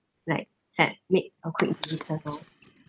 like can make a quick decision lor